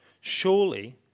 surely